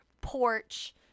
porch